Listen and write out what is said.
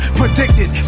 predicted